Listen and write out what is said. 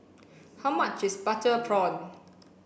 how much is butter prawn